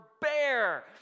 bear